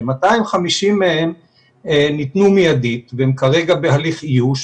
ש-250 מהם ניתנו מיידית והם כרגע בהליך איוש,